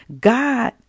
God